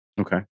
Okay